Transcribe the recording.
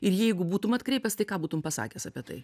ir jeigu būtum atkreipęs tai ką būtum pasakęs apie tai